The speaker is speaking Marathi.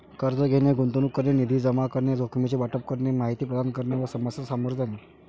कर्ज घेणे, गुंतवणूक करणे, निधी जमा करणे, जोखमीचे वाटप करणे, माहिती प्रदान करणे व समस्या सामोरे जाणे